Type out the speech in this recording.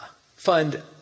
fund